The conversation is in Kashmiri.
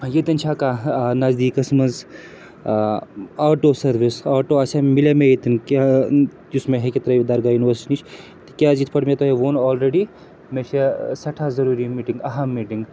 ییٚتٮ۪ن چھےٚ کانٛہہ نَزدیٖکَس منٛز آٹو سٔروِس آٹو آسیٛا مِلیٛاہ مےٚ ییٚتٮ۪ن کہِ یُس مےٚ ہیٚکہِ ترٛٲوِتھ درگاہ یونیورسٹی نِش تِکیٛازِ یِتھ پٲٹھۍ مےٚ تۄہہِ ووٚن آلرٔڈی مےٚ چھِ سٮ۪ٹھاہ ضٔروٗری مِٹِنٛگ اَہم میٖٹِنٛگ